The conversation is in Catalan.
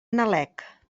nalec